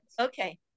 Okay